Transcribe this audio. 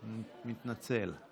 אני ממש מסיים.